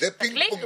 פגיעה